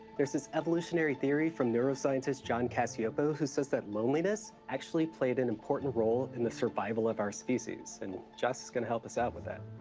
there's this evolutionary theory from neuroscientist john cacioppo who says that loneliness actually played an important role in the survival of our species. and joss is gonna help us out with that.